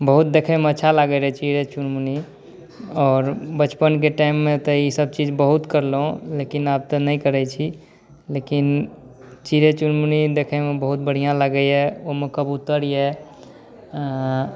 बहुत देखैमे अच्छा लागै रहै चिड़ै चुनमुनि आओर बचपनके टाइममे तऽ ई सभ चीज बहुत करलहुँ लेकिन आब तऽ नहि करै छी लेकिन चिड़ै चुनमुनि देखैमे बहुत बढ़ियाँ लागैया ओहिमे कबुतर अछि